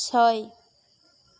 ছয়